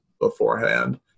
beforehand